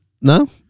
No